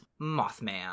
mothman